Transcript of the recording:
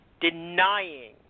denying